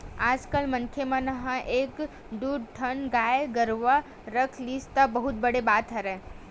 आजकल मनखे मन ह एक दू ठन गाय गरुवा रख लिस त बहुत बड़ बात हरय